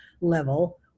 level